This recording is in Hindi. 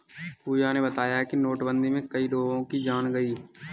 पूजा ने बताया कि नोटबंदी में कई लोगों की जान गई